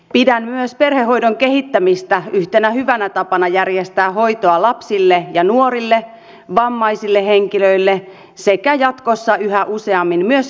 pidän perhehoidon kehittämistä myös yhtenä hyvänä tapana järjestää hoitoa lapsille ja nuorille vammaisille henkilöille sekä jatkossa yhä useammin myös ikäihmisille